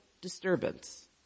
disturbance